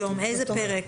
איזה פרק?